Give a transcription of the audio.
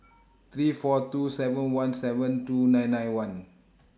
three four two seven one seven two nine nine one